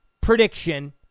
prediction